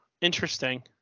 Interesting